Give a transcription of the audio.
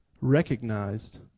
recognized